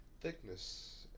thickness